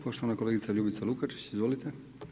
Poštovana kolegica Ljubica Lukačić, izvolite.